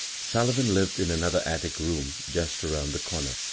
sullivan lived in another attic room just around the comer.